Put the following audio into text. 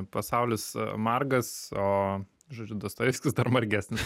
pasaulis margas o žodžiu dostojevskis dar margesnis